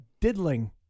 diddling